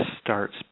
starts